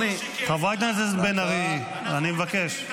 חברת הכנסת בן ארי, אני מבקש.